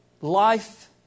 Life